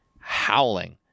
howling